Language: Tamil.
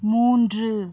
மூன்று